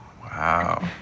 Wow